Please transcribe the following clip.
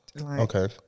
Okay